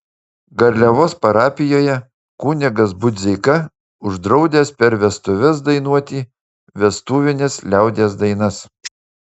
garliavos parapijoje kunigas budzeika uždraudęs per vestuves dainuoti vestuvines liaudies dainas